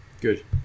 good